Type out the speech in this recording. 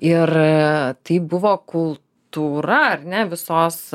ir tai buvo kultūra ar ne visos